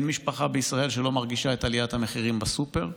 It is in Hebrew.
אין משפחה בישראל שלא מרגישה את עליית המחירים בסופר.